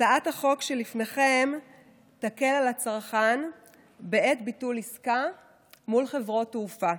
הצעת החוק שלפניכם תקל על הצרכן בעת ביטול עסקה מול חברות תעופה.